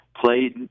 played